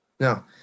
No